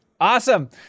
Awesome